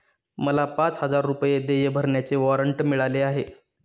मला पाच हजार रुपये देय भरण्याचे वॉरंट मिळाले आहे